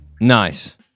Nice